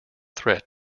threat